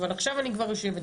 אבל עכשיו אני כבר יושבת,